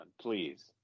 please